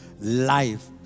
life